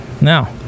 Now